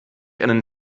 einen